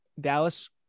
Dallas